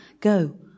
go